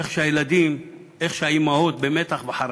איך שהילדים, איך שהאימהות, במתח וחרדות.